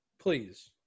Please